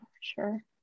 sure